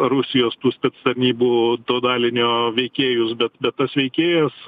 rusijos tų spectarnybų to dalinio veikėjus bet tas veikėjas